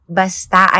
basta